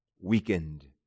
Weakened